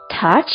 Touch